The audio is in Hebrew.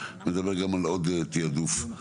זה עדיין לא בנוסח החוק המקורי.